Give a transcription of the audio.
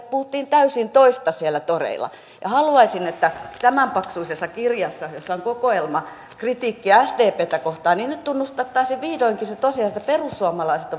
puhuttiin täysin toista siellä toreilla ja haluaisin että tämänpaksuisessa kirjassa jossa on kokoelma kritiikkiä sdptä kohtaan nyt tunnustettaisiin vihdoinkin se tosiasia että perussuomalaiset